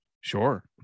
Sure